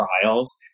trials